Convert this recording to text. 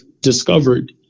discovered